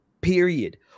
period